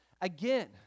Again